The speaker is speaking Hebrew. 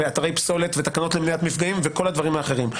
פסולת ותקנות למניעת מפגעים וכול הדברים האחרים.